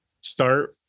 start